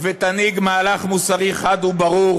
ותנהיג מהלך מוסרי חד וברור: